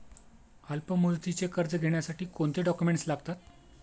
अल्पमुदतीचे कर्ज घेण्यासाठी कोणते डॉक्युमेंट्स लागतात?